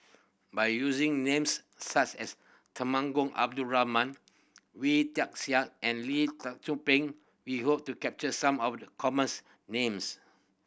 by using names such as Temenggong Abdul Rahman Wee Tian Siak and Lee Tzu Pheng we hope to capture some of commons names